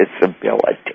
disability